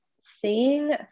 seeing